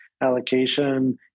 allocation